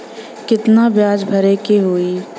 कितना ब्याज भरे के होई?